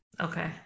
Okay